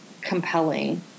compelling